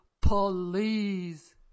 Police